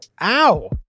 Ow